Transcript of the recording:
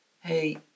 Hey